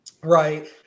Right